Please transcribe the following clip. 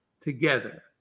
together